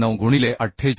9 गुणिले 48